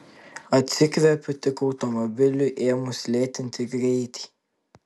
atsikvepiu tik automobiliui ėmus lėtinti greitį